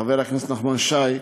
חבר הכנסת נחמן שי,